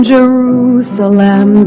Jerusalem